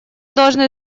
должны